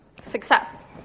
success